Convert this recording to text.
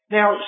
Now